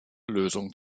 lösung